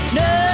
no